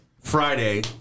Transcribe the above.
Friday